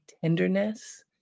tenderness